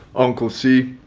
uncle c,